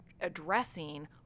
addressing